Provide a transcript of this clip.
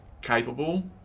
capable